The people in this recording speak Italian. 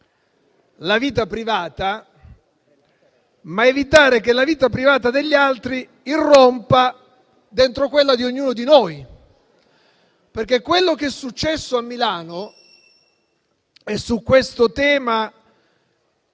la vita privata, ma evitare che la vita privata degli altri irrompa dentro quella di ognuno di noi. Su quello che è successo a Milano, signor